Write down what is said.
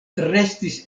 restis